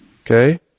Okay